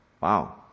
wow